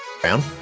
Brown